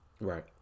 Right